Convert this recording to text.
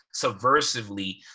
subversively